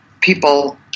people